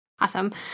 Awesome